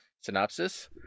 Synopsis